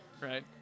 Right